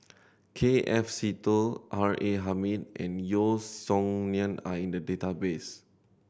K F Seetoh R A Hamid and Yeo Song Nian are in the database